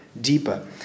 deeper